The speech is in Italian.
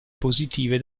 positive